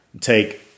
Take